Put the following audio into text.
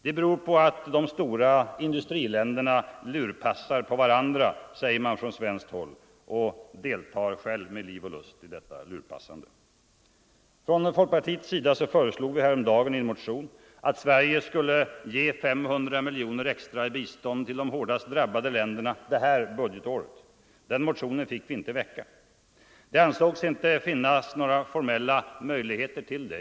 Det beror på att de stora industriländerna lurpassar på varandra, säger man från svenskt håll; och deltar själv med liv och lust i detta lurpassande. Från folkpartiets sida föreslog vi häromdagen i en motion att Sverige skulle ge 500 miljoner extra i bistånd till de hårdast drabbade länderna det här budgetåret. Den motionen fick vi inte väcka. Det ansågs inte finnas några formella möjligheter till det.